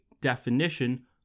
definition